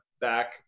back